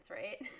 right